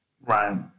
Right